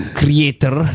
creator